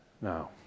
Now